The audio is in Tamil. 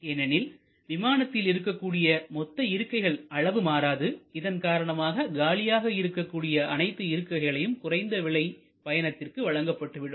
ஏனெனில் விமானத்தில் இருக்கக்கூடிய மொத்த இருக்கைகள் அளவு மாறாது இதன் காரணமாக காலியாக இருக்கக்கூடிய அனைத்து இருக்கைகளையும் குறைந்த விலை பயணத்திற்கு வழங்கப்பட்டுவிடும்